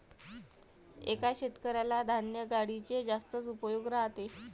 एका शेतकऱ्याला धान्य गाडीचे जास्तच उपयोग राहते